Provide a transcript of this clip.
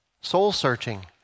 soul-searching